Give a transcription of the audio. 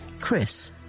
Chris